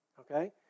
okay